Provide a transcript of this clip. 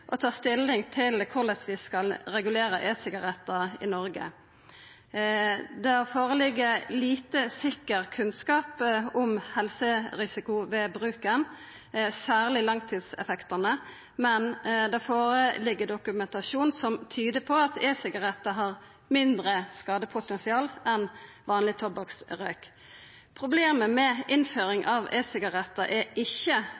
å ta stilling til korleis vi skal regulera e-sigarettar i Noreg. Det ligg føre lite sikker kunnskap om helserisikoen ved bruken, særleg langtidseffektane, men det ligg føre dokumentasjon som tyder på at e-sigarettar har mindre skadepotensial enn vanleg tobakksrøyk. Problemet med innføring av e-sigarettar er ikkje